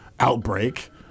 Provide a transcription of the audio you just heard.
Outbreak